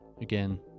Again